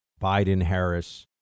Biden-Harris